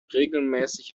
regelmäßig